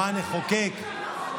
מה נחוקק.